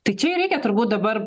tai čia ir reikia turbūt dabar